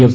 F